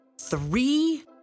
Three